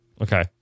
Okay